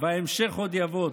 ההמשך עוד יבוא.